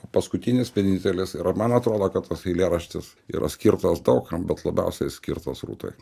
paskutinis vienintelis yra man atrodo kad tas eilėraštis yra skirtas daug kam bet labiausiai skirtas rūtai